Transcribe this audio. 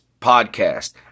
podcast